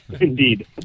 Indeed